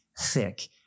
thick